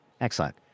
Excellent